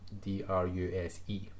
D-R-U-S-E